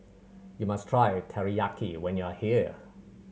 you must try Teriyaki when you are here